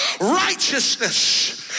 righteousness